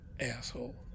Asshole